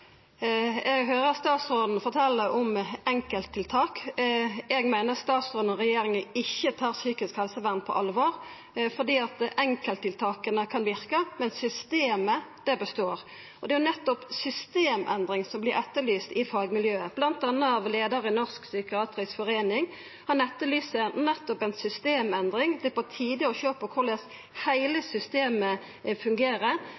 Eg høyrer statsråden fortelja om enkelttiltak. Eg meiner at statsråden og regjeringa ikkje tar psykisk helsevern på alvor, for enkelttiltaka kan verka, men systemet består. Og det er jo nettopp ei systemendring som vert etterlyst frå fagmiljøet, bl.a. frå leiaren i Norsk psykiatrisk forening. Han etterlyser nettopp ei systemendring. Det er på tide å sjå på korleis heile systemet fungerer.